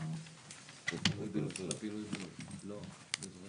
לאור ההרחבה